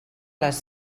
les